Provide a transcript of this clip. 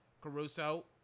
Caruso